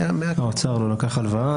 האוצר לא לקח הלוואה.